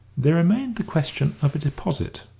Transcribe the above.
there remained the question of a deposit,